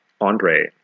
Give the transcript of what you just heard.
Andre